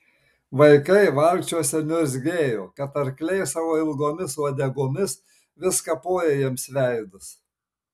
vaikai valkčiuose niurzgėjo kad arkliai savo ilgomis uodegomis vis kapoja jiems veidus